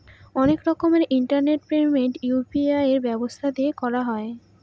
অনেক রকমের internet payment UPI ব্যবস্থা দিয়ে করা হয়